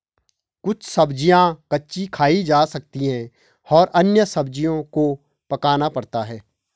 कुछ सब्ज़ियाँ कच्ची खाई जा सकती हैं और अन्य सब्ज़ियों को पकाना पड़ता है